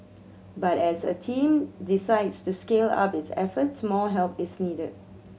but as the team decides to scale up its efforts more help is needed